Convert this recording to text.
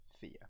fear